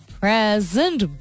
present